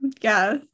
Yes